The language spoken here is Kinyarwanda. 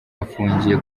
afungiwe